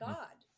God